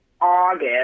August